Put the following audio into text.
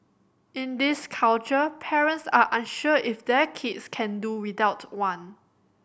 in this culture parents are unsure if their kids can do without one